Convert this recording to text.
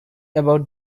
about